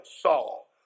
Saul